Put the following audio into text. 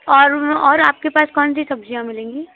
और वह और आपके पास कौन सी सब्ज़ियाँ मिलेंगी